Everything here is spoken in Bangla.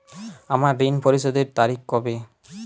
আমার ঋণ পরিশোধের তারিখ কবে?